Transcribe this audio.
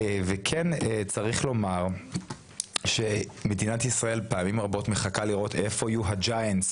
כן צריך לומר שמדינת ישראל פעמים רבות מחכה לראות איפה יהיו המעצמות,